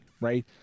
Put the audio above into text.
right